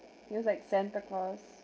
he was like santa claus